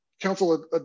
council